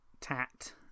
tat